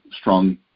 strong